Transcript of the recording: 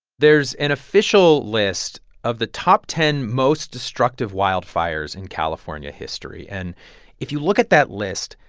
there's an official list of the top ten most destructive wildfires in california history. and if you look at that list,